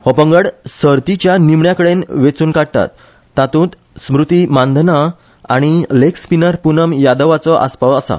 हो पंगड सर्तीच्या निमण्याकडेन वेचुनकाडटात तातुंत स्मृती मानधना आनी लेग स्पीनर प्रनम यादवाचो आसपाव आसा